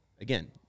again